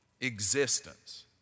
existence